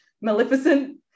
Maleficent